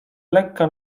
lekka